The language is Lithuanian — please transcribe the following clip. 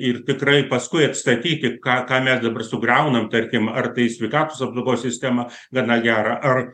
ir tikrai paskui atstatyti ką ką mes dabar sugriaunam tarkim ar tai sveikatos apsaugos sistemą gana gerą ar